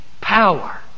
power